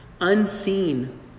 unseen